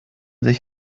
sich